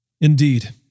Indeed